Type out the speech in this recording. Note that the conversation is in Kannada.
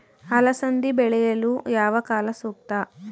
ಅಲಸಂದಿ ಬೆಳೆಯಲು ಯಾವ ಕಾಲ ಸೂಕ್ತ?